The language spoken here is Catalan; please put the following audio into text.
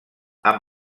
amb